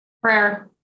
Prayer